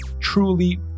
truly